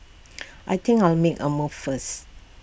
I think I'll make A move first